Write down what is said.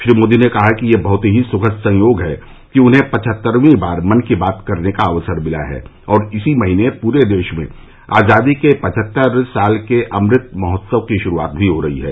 श्री मोदी ने कहा कि यह बहत ही सुखद संयोग है कि उन्हें पवहत्तरवीं बार मन की बात करने का अवसर मिला है और इसी महीने पूरे देश में आजादी के पचहत्तर साल के अमृत महोत्सव की शुरूआत भी हो रही है